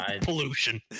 Pollution